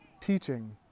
teaching